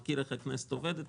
אני מכיר איך הכנסת עובדת.